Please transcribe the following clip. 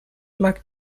mag